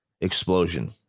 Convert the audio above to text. explosion